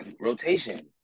rotation